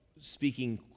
speaking